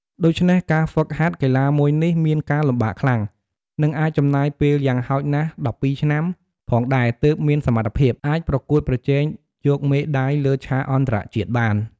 ដូច្នេះការហ្វឹកហាត់កីឡាមួយនេះមានការលំបាកខ្លាំង និងអាចចំណាយពេលយ៉ាងហោចណាស់ ១២ឆ្នាំ ផងដែរទើបមានសមត្ថភាព អាចប្រកួតប្រជែងយកមេដៃលើឆាកអន្តរជាតិបាន។